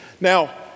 Now